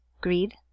greed